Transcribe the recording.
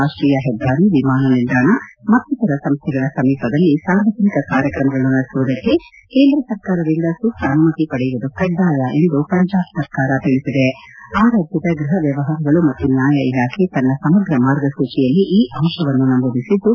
ರಾಷ್ಟೀಯ ಹೆದ್ದಾರಿ ವಿಮಾನ ನಿಲ್ದಾಣ ಮತ್ತಿತರ ಸಂಸ್ಥೆಗಳ ಸಮೀಪದಲ್ಲಿ ಸಾರ್ವಜನಿಕ ಕಾರ್ಯಕ್ರಮಗಳನ್ನು ನಡೆಸುವುದಕ್ಕೆ ಕೇಂದ್ರ ಸರ್ಕಾರದಿಂದ ಸೂಕ್ತ ಅನುಮತಿ ಪಡೆಯುವುದು ಕಡ್ಡಾಯ ಎಂದು ಪಂಜಾಬ್ ಸರ್ಕಾರ ತಿಳಿಸಿದೆ ಆ ರಾಜ್ಯದ ಗೃಹ ವ್ಯವಹಾರಗಳು ಮತ್ತು ನ್ಯಾಯ ಇಲಾಖೆ ತನ್ನ ಸಮಗ್ರ ಮಾರ್ಗಸೂಚಿಯಲ್ಲಿ ಈ ಅಂಶವನ್ನು ನಮೂದಿಸಿದ್ದು